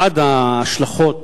אחת ההשלכות